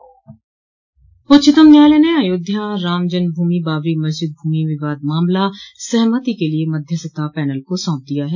उच्चतम न्यायालय ने अयोध्या राम जन्मभूमि बाबरी मस्जिद भूमि विवाद मामला सहमति के लिए मध्यस्थता पैनल को सौंप दिया है